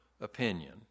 opinion